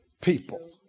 people